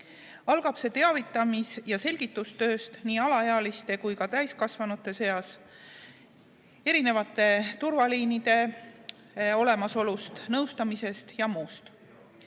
Algab see teavitamis‑ ja selgitustööst nii alaealiste kui ka täiskasvanute seas, erinevate turvaliinide olemasolust, nõustamisest ja muust.